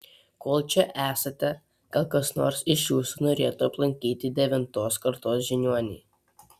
kol čia esate gal kas nors iš jūsų norėtų aplankyti devintos kartos žiniuonį